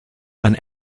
and